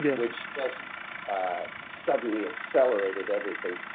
yeah which was suddenly accelerated everything.